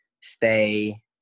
stay